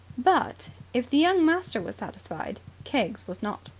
but, if the young master was satisfied, keggs was not.